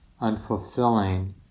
unfulfilling